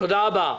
תודה רבה.